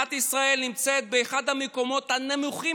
מדינת ישראל נמצאת באחד המקומות הנמוכים